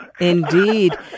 Indeed